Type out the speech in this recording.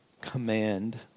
command